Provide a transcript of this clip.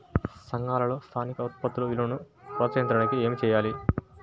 సంఘాలలో స్థానిక ఉత్పత్తుల విలువను ప్రోత్సహించడానికి ఏమి చేయాలి?